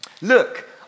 Look